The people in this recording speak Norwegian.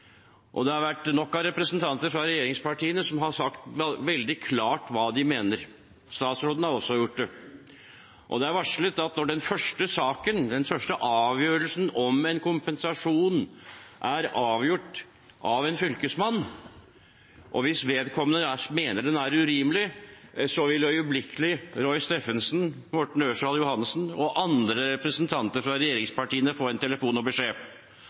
gjøre. Det har vært nok av representanter fra regjeringspartiene som har sagt veldig klart hva de mener. Statsråden har også gjort det. Det er varslet at når den første saken, den første avgjørelsen om en kompensasjon er avgjort av en fylkesmann, og vedkommende mener den er urimelig, vil øyeblikkelig Roy Steffensen, Morten Ørsal Johansen og andre representanter fra regjeringspartiene få en telefon og beskjed,